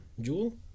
jewel